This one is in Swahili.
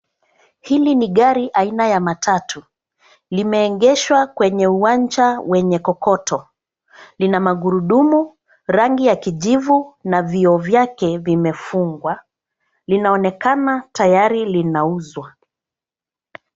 Hili ni gari aina ya matatu. Limeegeshwa kwenye uwanja wenye kokoto. Lina magurudumu, rangi ya kijivu na vioo vyake vimefungwa. Linaonekana tayari linauzwa.